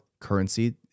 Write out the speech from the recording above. currency